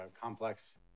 complex